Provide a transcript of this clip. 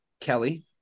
Kelly